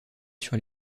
sur